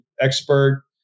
expert